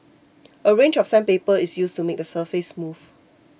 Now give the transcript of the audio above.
a range of sandpaper is used to make the surface smooth